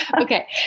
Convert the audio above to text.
Okay